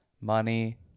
money